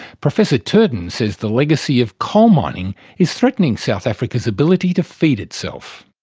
professor turton says the legacy of coal mining is threatening south africa's ability to feed itself.